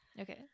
okay